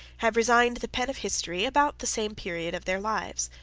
have resigned the pen of history about the same period of their lives.